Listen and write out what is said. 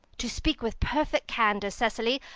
to speak with perfect candour, cecily,